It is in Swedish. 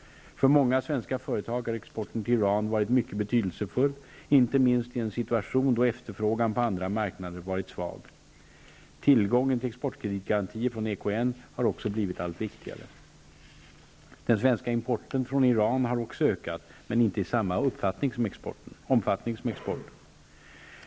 För många svenska företag har exporten till Iran varit mycket betydelsefull, inte minst i en situation då efterfrågan på andra marknader varit svag. Tillgången till exportkreditgarantier från EKN har också blivit allt viktigare. Den svenska importen från Iran har också ökat, men inte i samma omfatt ning som exporten.